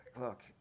Look